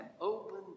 open